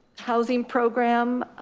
housing program.